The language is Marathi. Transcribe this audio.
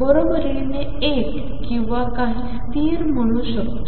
बरोबरीने 1 किंवा काही स्थिर म्हणू शकतो